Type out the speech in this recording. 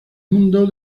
mundo